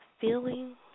feeling